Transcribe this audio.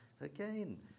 Again